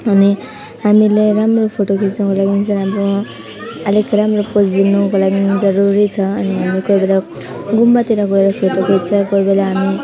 अनि हामीले राम्रो फोटो खिच्नको लागिन् चाहिँ हाम्रो अलिक राम्रो पोज दिनुको लागिन् जरुरी छ अनि हामीले कोही बेला गुम्बातिर गएर फोटो खिच्छ कोही बेला हामी